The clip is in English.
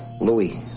Louis